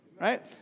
Right